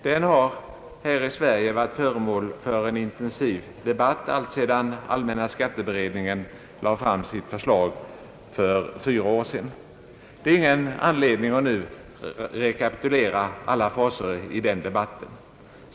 Den har här i Sverige varit föremål för en intensiv debatt alltsedan allmänna skatteberedningen lade fram sitt förslag för fyra år sedan. Det finns ingen anledning att nu rekapitulera alla faser i den debatten.